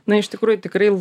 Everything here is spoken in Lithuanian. na iš tikrųjų tikrai